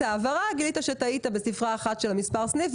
העברה וגילית שטעית בספרה אחת של המספר סניף.